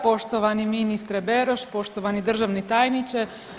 Poštovani ministre Beroš, poštovani državni tajniče.